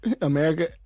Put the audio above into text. America